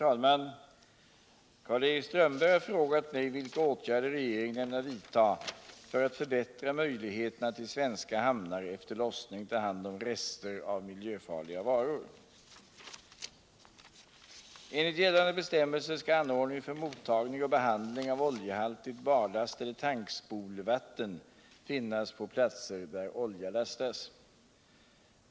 ämnar vidta för att förbättra möjligheterna att i svenska hamnar efter lossning farliga varor ta om hand rester av miljöfarliga varor. Enligt gällande bestämmelser skall anordning för mottagning och behandling av oljehaltigt barlast eller tankspolvatten finnas på platser där olja lastas.